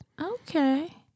Okay